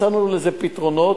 מצאנו לזה פתרונות.